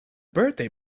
birthday